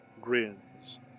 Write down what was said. grins